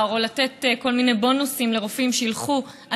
או לתת כל מיני בונוסים לרופאים שילכו,